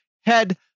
head